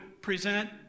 present